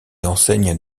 enseignes